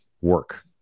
work